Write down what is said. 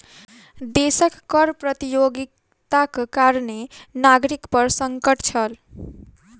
देशक कर प्रतियोगिताक कारणें नागरिक पर संकट छल